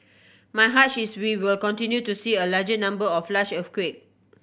my hunch is we will continue to see a larger number of large earthquake